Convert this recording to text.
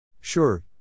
Sure